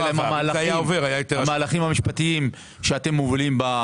המהלכים המשפטיים שאתם מובילים.